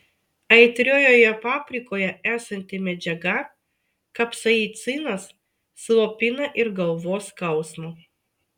aitriojoje paprikoje esanti medžiaga kapsaicinas slopina ir galvos skausmą